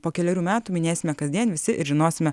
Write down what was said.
po kelerių metų minėsime kasdien visi ir žinosime